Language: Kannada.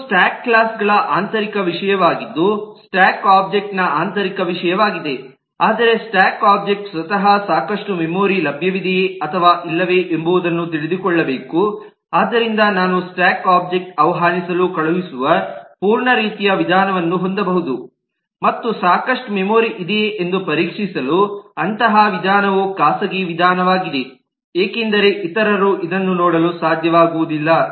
ಇದು ಸ್ಟಾಕ್ ಕ್ಲಾಸ್ ಗಳ ಆಂತರಿಕ ವಿಷಯವಾಗಿದ್ದು ಸ್ಟಾಕ್ ಒಬ್ಜೆಕ್ಟ್ ನ ಆಂತರಿಕ ವಿಷಯವಾಗಿದೆ ಆದರೆ ಸ್ಟಾಕ್ ಒಬ್ಜೆಕ್ಟ್ ಸ್ವತಃ ಸಾಕಷ್ಟು ಮೆಮೊರಿ ಲಭ್ಯವಿದೆಯೇ ಅಥವಾ ಇಲ್ಲವೇ ಎಂಬುದನ್ನು ತಿಳಿದುಕೊಳ್ಳಬೇಕು ಆದ್ದರಿಂದ ನಾನು ಸ್ಟಾಕ್ ಒಬ್ಜೆಕ್ಟ್ ಆಹ್ವಾನಿಸಲು ಕಳುಹಿಸುವ ಪೂರ್ಣ ರೀತಿಯ ವಿಧಾನವನ್ನು ಹೊಂದಬಹುದು ಮತ್ತು ಸಾಕಷ್ಟು ಮೆಮೊರಿ ಇದೆಯೇ ಎಂದು ಪರೀಕ್ಷಿಸಲು ಅಂತಹ ವಿಧಾನವು ಖಾಸಗಿ ವಿಧಾನವಾಗಿದೆ ಏಕೆಂದರೆ ಇತರರು ಇದನ್ನು ನೋಡಲು ಸಾಧ್ಯವಾಗುವುದಿಲ್ಲ